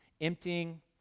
Emptying